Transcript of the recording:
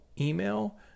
email